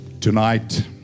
tonight